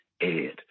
Ed